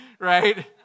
Right